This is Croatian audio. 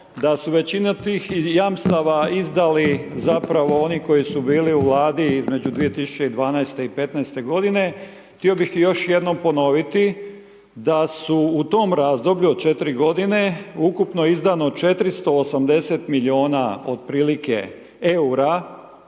da su većina tih jamstava izdali zapravo oni koji su bili u Vladi između 2012. i 2015. godine. Htio bih još jednom ponoviti da su u tom razdoblju od 4 godine ukupno izdano 480 milijuna otprilike EUR-a